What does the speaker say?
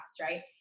right